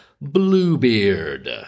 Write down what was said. Bluebeard